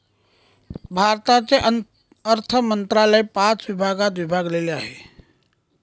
भारताचे अर्थ मंत्रालय पाच भागात विभागलेले आहे